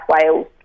Wales